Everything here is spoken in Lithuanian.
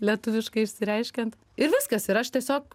lietuviškai išsireiškiant ir viskas ir aš tiesiog